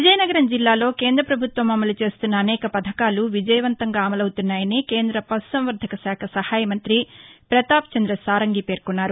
విజయనగరం జిల్లాలో కేంద్ర పభుత్వం అమలు చేస్తున్న అనేక పథకాలు విజయవంతంగా అమలవుతున్నాయని కేంద్ర పశు సంవర్దక శాఖ సహాయ మంతి ప్రతాప్ చంద్ర సారంగి పేర్కొన్నారు